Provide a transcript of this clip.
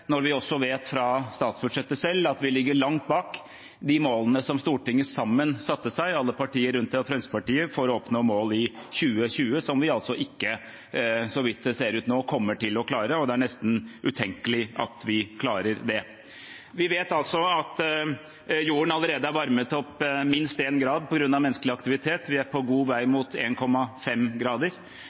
når vi også vet ut fra statsbudsjettet at vi ligger langt bak de målene som Stortinget sammen – alle partier unntatt Fremskrittspartiet – satte seg for 2020, noe vi altså ikke kommer til å klare slik det ser ut nå. Det er nesten utenkelig at vi klarer det. Vi vet altså at jorden allerede er varmet opp minst 1 grad på grunn av menneskelig aktivitet. Vi er på god vei mot